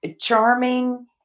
charming